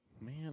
Man